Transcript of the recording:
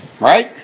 right